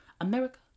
america